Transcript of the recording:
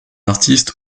artiste